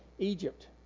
Egypt